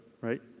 right